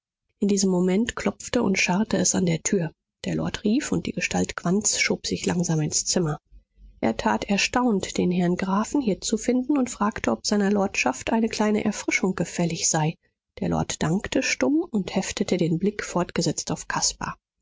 in diesem moment klopfte und scharrte es an der tür der lord rief und die gestalt quandts schob sich langsam ins zimmer er tat erstaunt den herrn grafen hier zu finden und fragte ob seiner lordschaft eine kleine erfrischung gefällig sei der lord dankte stumm und heftete den blick fortgesetzt auf caspar